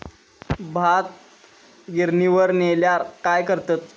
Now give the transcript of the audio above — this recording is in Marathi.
भात गिर्निवर नेल्यार काय करतत?